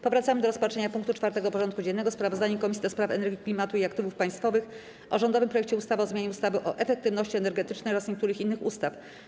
Powracamy do rozpatrzenia punktu 4. porządku dziennego: Sprawozdanie Komisji do Spraw Energii, Klimatu i Aktywów Państwowych o rządowym projekcie ustawy o zmianie ustawy o efektywności energetycznej oraz niektórych innych ustaw.